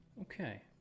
Okay